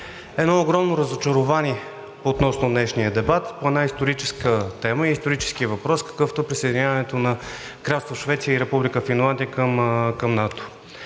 едно огромно разочарование относно днешния дебат по една историческа тема и исторически въпрос, какъвто е присъединяването на Кралство Швеция и Република Финландия към НАТО.